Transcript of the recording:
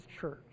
church